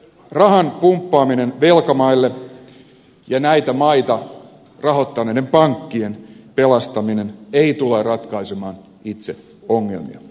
rahan pumppaaminen velkamaille ja näitä maita rahoittaneiden pankkien pelastaminen eivät tule ratkaisemaan itse ongelmia